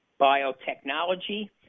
biotechnology